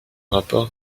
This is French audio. rapport